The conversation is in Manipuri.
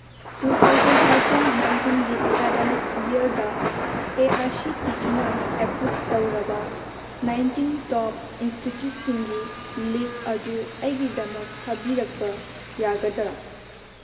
ꯇꯨ ꯊꯥꯎꯖꯟ ꯑꯩꯠꯇꯤꯟ ꯅꯥꯏꯟꯇꯤꯟꯒꯤ ꯑꯦꯀꯥꯗꯃꯤꯛ ꯏꯌꯔꯗ ꯑꯦ ꯑꯥꯏ ꯁꯤ ꯇꯤ ꯏꯅ ꯑꯦꯄ꯭ꯔꯨꯞ ꯇꯧꯔꯕ ꯅꯥꯏꯟꯇꯤꯟ ꯇꯣꯞ ꯏꯟꯁꯇꯤꯇ꯭ꯌꯨꯠꯁꯤꯡꯒꯤ ꯂꯤꯁ ꯑꯗꯨ ꯑꯩꯒꯤꯗꯃꯛ ꯊꯥꯕꯤꯔꯛꯄ ꯌꯥꯒꯗ꯭ꯔꯥ